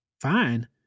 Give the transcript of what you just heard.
Fine